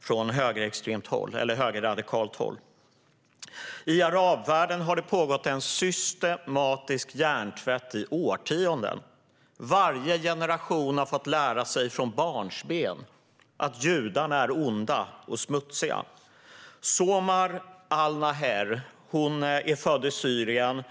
från högerradikalt håll. I arabvärlden har det pågått en systematisk hjärntvätt i årtionden. Varje generation har fått lära sig från barnsben att judarna är onda och smutsiga. Somar Al Naher är född i Syrien.